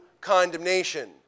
condemnation